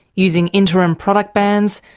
using interim product bans,